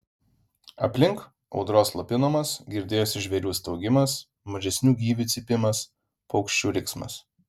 aplink audros slopinamas girdėjosi žvėrių staugimas mažesnių gyvių cypimas paukščių riksmas